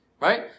right